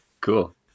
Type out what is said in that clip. cool